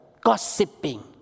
gossiping